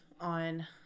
on